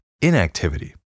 inactivity